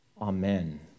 Amen